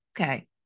Okay